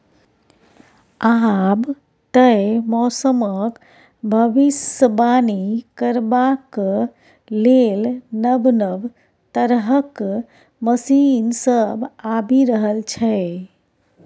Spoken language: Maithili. आब तए मौसमक भबिसबाणी करबाक लेल नब नब तरहक मशीन सब आबि रहल छै